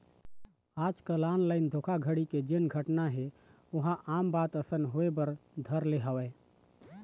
आजकल ऑनलाइन धोखाघड़ी के जेन घटना हे ओहा आम बात असन होय बर धर ले हवय